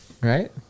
right